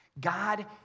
God